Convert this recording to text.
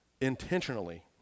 intentionally